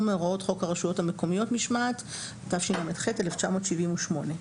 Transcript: ומהוראות חוק הרשויות המקומיות משמעת, תשל"ח 1978,